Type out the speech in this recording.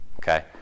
Okay